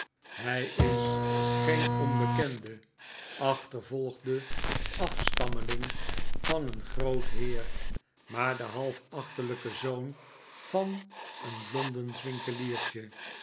hij is geen onbekende achtervolgde afstammeling van een groot heer maar de half achterlijke zoon van een londensch winkeliertje